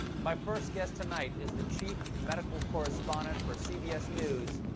my first guest tonight is the chief medical correspondent for cbs news.